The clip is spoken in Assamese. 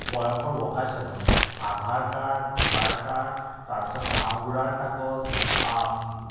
বয়সৰ ওৱৰ্কাৰ্ছ এজনে আধাৰ কাৰ্ড ভোটাৰ কাৰ্ড তাৰপিছত গাঁওবুঢ়াৰ কাগজ